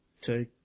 take